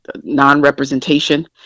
non-representation